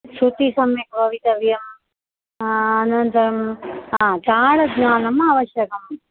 श्रुति सम्यक् भवितव्यम् अनन्तरं ताळज्ञानम् आवश्यकम्